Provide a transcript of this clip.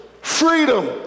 freedom